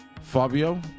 Fabio